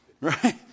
Right